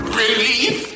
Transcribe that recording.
relief